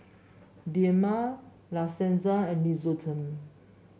Dilmah La Senza and Nixoderm